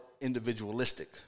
individualistic